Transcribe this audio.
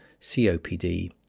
COPD